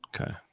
okay